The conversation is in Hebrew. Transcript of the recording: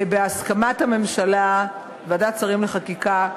ובהסכמת הממשלה, ועדת השרים לחקיקה,